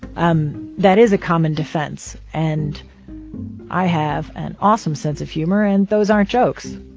um that is a common defense. and i have an awesome sense of humor, and those aren't jokes.